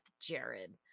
Jared